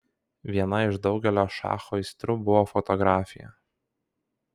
viena iš daugelio šacho aistrų buvo fotografija